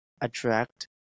attract